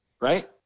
right